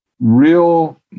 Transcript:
real